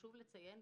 חשוב לציין.